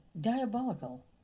diabolical